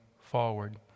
forward